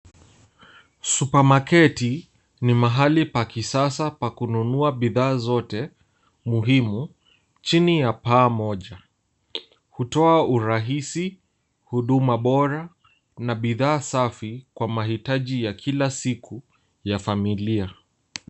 Supamaketi ni mahali pa kisasa pa kununua bidhaa zote muhimu, chini ya paa moja. Hutoa urahisi, huduma bora na bidhaa safi kwa mahitaji ya kila siku ya familia.